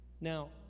Now